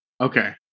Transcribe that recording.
Okay